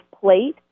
plate